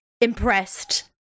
impressed